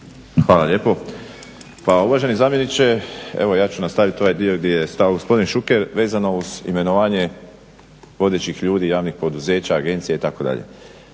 Hvala lijepo. Pa uvaženi zamjeniče, evo ja ću nastaviti ovaj dio gdje je stao gospodin Šuker vezano uz imenovanje vodećih ljudi javnih poduzeća, agencija itd.